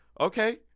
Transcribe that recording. Okay